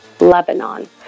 Lebanon